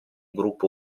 gruppo